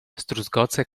zdruzgoce